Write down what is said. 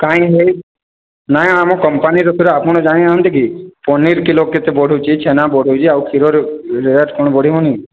କାଇଁ ଭାଇ ନାଇଁ ଆମ କମ୍ପାନୀର ଆପଣ ଜାଣି ନାହାନ୍ତି କି ପନିର କିଲୋ କେତେ ବଢ଼ୁଛି ଛେନା ବଢ଼ୁଛି ଆଉ କ୍ଷୀରର ରେଟ୍ କ'ଣ ବଢ଼ିବ ନି